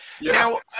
Now